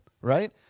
right